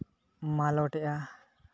ᱢᱟᱞᱚᱴᱮᱜᱼᱟ